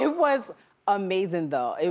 was amazing, though.